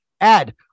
add